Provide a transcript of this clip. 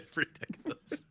ridiculous